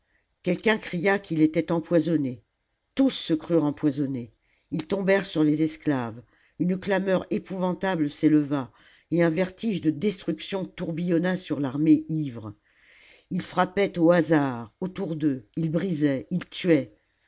quelqu'un cria qu'il était empoisonné tous se crurent empoisonnés ils tombèrent sur les esclaves un vertige de destruction tourbillonna sur l'armée ivre ils frappaient au hasard autour d'eux ils brisaient ils tuaient